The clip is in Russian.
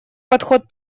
подход